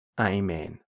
Amen